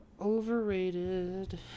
Overrated